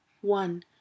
one